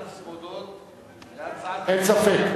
אין ספק.